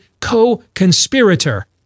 co-conspirator